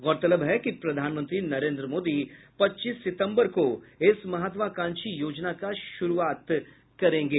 गौरतलब है कि प्रधानमंत्री नरेन्द्र मोदी पच्चीस सितम्बर को इस महत्वाकांक्षी योजना का शुरूआत करेंगे